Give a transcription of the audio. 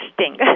Sting